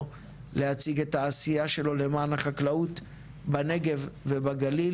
להציג את העשייה שלו למען החקלאות בנגב ובגליל.